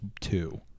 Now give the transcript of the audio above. two